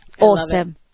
Awesome